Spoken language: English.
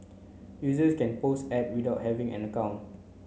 users can post ads without having an account